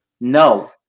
No